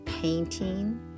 painting